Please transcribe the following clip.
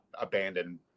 abandoned